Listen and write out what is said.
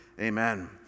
amen